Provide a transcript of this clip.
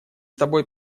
тобой